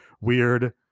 weird